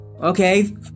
okay